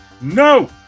No